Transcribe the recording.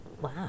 Wow